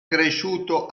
cresciuto